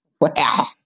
Wow